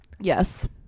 yes